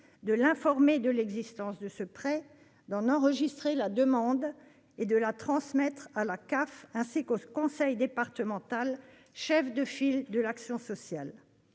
de l'informer de l'existence de ce prêt, d'en enregistrer la demande et de la transmettre à la CAF, ainsi qu'au conseil départemental, chef de file de l'action sociale.